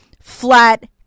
flat